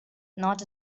not